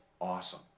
awesome